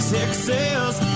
Texas